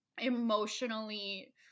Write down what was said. emotionally